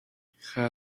had